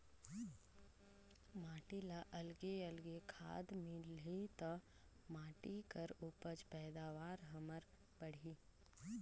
माटी ल अलगे अलगे खाद मिलही त माटी कर उपज पैदावार हमर बड़ही